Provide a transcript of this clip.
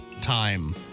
time